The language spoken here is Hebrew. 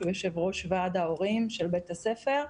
שהוא יושב-ראש ועד ההורים של בית הספר,